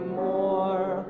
more